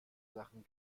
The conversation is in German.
sachen